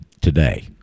today